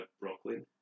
Brooklyn